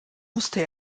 wusste